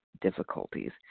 difficulties